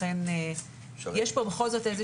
הזכיר פה חברי ממש על קצה המזלג,